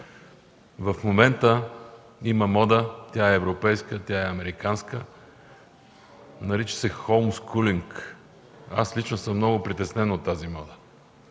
В момента има мода, тя е европейска, тя е американска – нарича се homeschooling. Аз лично съм много притеснен от тази мода,